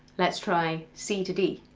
let's try c to d,